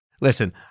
Listen